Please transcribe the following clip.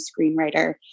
screenwriter